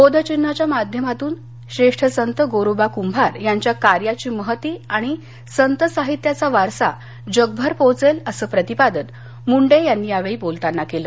बोधचिन्हाच्या माध्यमातून श्रेष्ठ संत गोरोबा कुभार यांच्या कार्याची महती आणि संत साहित्याचा वारसा जगभर पोचेल असं प्रतिपादन मुंडे यांनी यावेळी बोलताना केलं